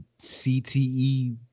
CTE